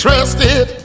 Trusted